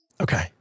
Okay